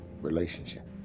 relationship